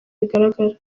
bigaragara